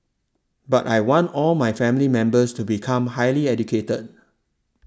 but I want all my family members to become highly educator